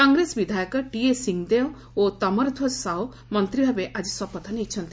କଂଗ୍ରେସ ବିଧାୟକ ଟିଏସ୍ ସିଂହଦେଓ ଓ ତମରଧ୍ୱଜ ସାହୁ ମନ୍ତ୍ରୀ ଭାବେ ଆଜି ଶପଥ ନେଇଛନ୍ତି